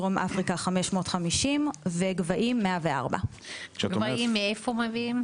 דרום אפריקה: 550 ו'גבהים': 104. גבהים מאיפה מביאים?